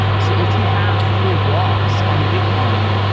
so if you have full blocks on bitcoin,